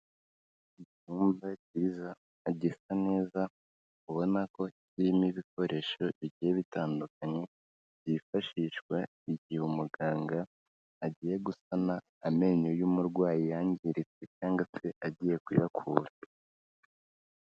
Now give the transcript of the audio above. Icyumba cyiza, gisa neza, ubona ko kirimo ibikoresho bigiye bitandukanye, byifashishwa igihe umuganga agiye gusana amenyo y'umurwayi yangiritse, cyangwa se agiye kuyakura.